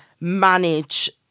manage